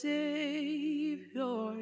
Savior